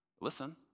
Listen